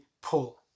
pull